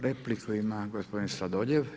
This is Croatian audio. Repliku ima gospodin Sladoljev.